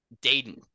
Dayton